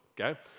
okay